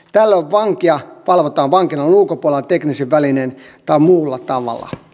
tällöin vankia valvotaan vankilan ulkopuolella teknisin välinein tai muulla tavalla